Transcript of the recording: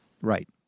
Right